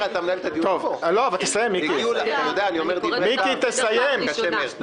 מיקי, תסיים.